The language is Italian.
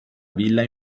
villa